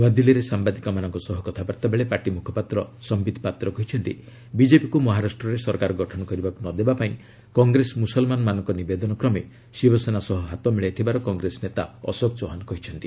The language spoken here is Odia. ନୁଆଦିଲ୍ଲୀରେ ସାମ୍ଭାଦିକମାନଙ୍କ ସହ କଥାବାର୍ତ୍ତା ବେଳେ ପାର୍ଟିମୁଖପାତ୍ର ସିିଦ ପାତ୍ର କହିଛନ୍ତି ବିଜେପିକୁ ମହାରାଷ୍ଟରେ ସରକାର ଗଠନ କରିବାକୁ ନ ଦେବା ପାଇଁ କଂଗ୍ରେସ ମୁସଲମାନମାନଙ୍କ ନିବେଦନ କ୍ରମେ ଶିବସେନା ସହ ହାତ ମିଳାଇଥିବାର କଂଗ୍ରେସ ନେତା ଅଶୋକ ଚୌହାନ କହିଛନ୍ତି